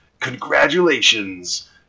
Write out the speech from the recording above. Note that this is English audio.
Congratulations